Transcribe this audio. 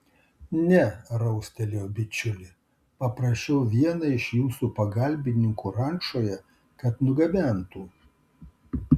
ne raustelėjo bičiulė paprašiau vieną iš jūsų pagalbininkų rančoje kad nugabentų